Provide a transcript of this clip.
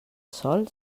sol